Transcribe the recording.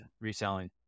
reselling